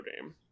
game